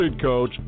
Coach